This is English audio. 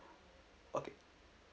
okay